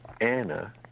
Anna